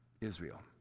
Israel